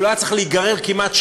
שלא היה צריך להיגרר כמעט שנה,